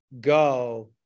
go